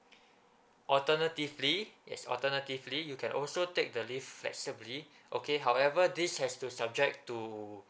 alternatively yes alternatively you can also take the leave flexibly okay however this has to subject to